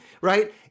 right